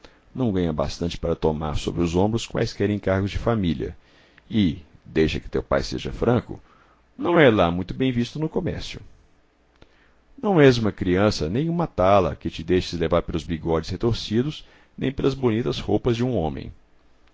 não ganha bastante para tomar sabre os ombros quaisquer encargos de família e deixa que teu pai seja franco não é lá muito bem visto no comercio não és uma criança nem uma tala que te deixes levar pelos bigodes retorcidos nem pelas bonitas roupas de um homem